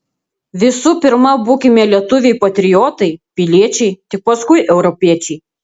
visų pirma būkime lietuviai patriotai piliečiai tik paskui europiečiai